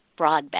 broadband